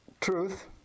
truth